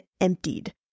emptied